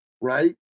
right